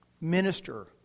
minister